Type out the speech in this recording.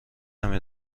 نمی